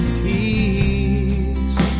peace